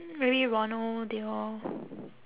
maybe ronald they all